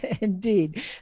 indeed